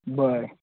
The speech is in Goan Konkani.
बरे